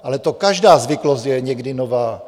Ale to každá zvyklost je někdy nová.